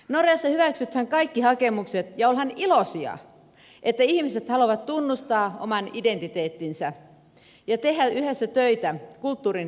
norjassa hyväksytään kaikki hakemukset ja ollaan iloisia että ihmiset haluavat tunnustaa oman identiteettinsä ja tehdä yhdessä töitä kulttuurin kehittämiseksi